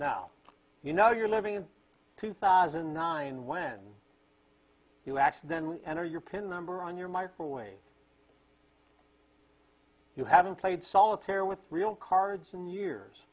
now you know you're living in two thousand and nine when you accidentally enter your pin number on your microwave you haven't played solitaire with real cards in years